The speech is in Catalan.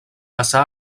passà